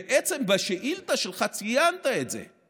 בעצם בשאילתה שלך ציינת את זה,